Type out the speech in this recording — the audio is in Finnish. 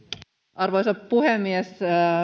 arvoisa puhemies